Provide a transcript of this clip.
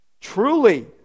truly